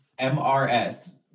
MRS